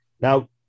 now